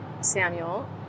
Samuel